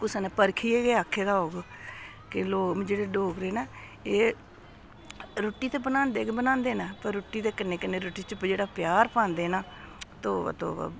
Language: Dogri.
कुसै ने परखियै गै आक्खे दा होग कि लोग जेह्ड़े डोगरे न एह् रुट्टी ते बनांदे गै बनांदे न पर रुट्टी ते कन्नै कन्नै रुट्टी च जेह्ड़ा प्यार पांदे न तौबा तौबा